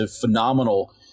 phenomenal